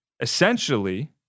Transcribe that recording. essentially